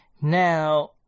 Now